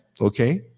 Okay